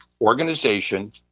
organization